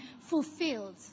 fulfilled